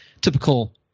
typical